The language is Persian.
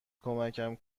کمکم